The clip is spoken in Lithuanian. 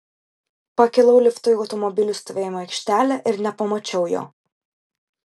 pakilau liftu į automobilių stovėjimo aikštelę ir nepamačiau jo